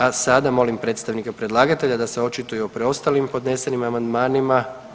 A sada molim predstavnika predlagatelja da se očituju o preostalim podnesenim amandmanima.